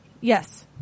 Yes